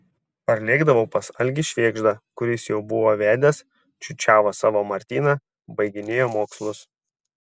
parlėkdavau pas algį švėgždą kuris jau buvo vedęs čiūčiavo savo martyną baiginėjo mokslus